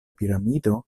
piramido